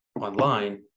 online